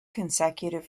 consecutive